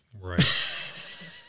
right